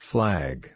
Flag